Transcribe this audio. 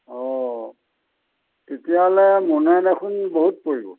অ তেতিয়াহ'লে মনে দেখোন বহুত পৰিব